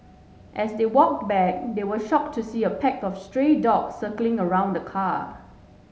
as they walk back they were shocked to see a pack of stray dogs circling around the car